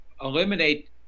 eliminate